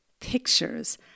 pictures